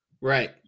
Right